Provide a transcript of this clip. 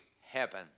heaven